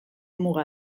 muga